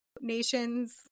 nations